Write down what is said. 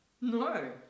No